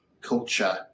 culture